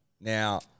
Now